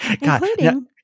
Including